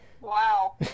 wow